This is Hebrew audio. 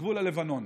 בגבול הלבנון.